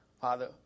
Father